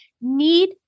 need